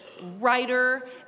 writer